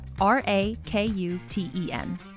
R-A-K-U-T-E-N